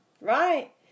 right